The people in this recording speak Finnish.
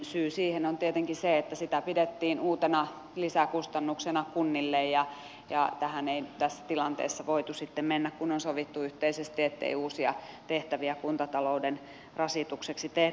syy siihen on tietenkin se että sitä pidettiin uutena lisäkustannuksena kunnille ja tähän ei tässä tilanteessa voitu sitten mennä kun on sovittu yhteisesti ettei uusia tehtäviä kuntatalouden rasitukseksi tehdä